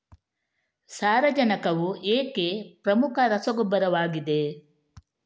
ಸಾರಜನಕವು ಏಕೆ ಪ್ರಮುಖ ರಸಗೊಬ್ಬರವಾಗಿದೆ?